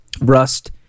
Rust